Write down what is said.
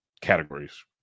categories